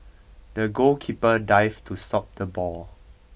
the goalkeeper dived to stop the ball